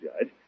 Judge